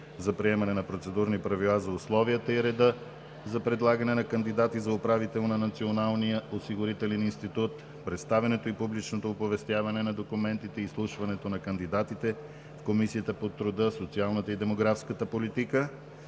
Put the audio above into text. за приемане на процедурни правила за условията и реда за предлагане на кандидати за управител на Националния осигурителен институт; представянето и публичното оповестяване на документите; изслушването на кандидатите в Комисията по труда, социалната и демографска политика,